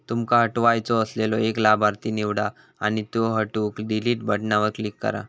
तुमका हटवायचो असलेलो एक लाभार्थी निवडा आणि त्यो हटवूक डिलीट बटणावर क्लिक करा